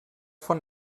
von